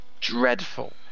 dreadful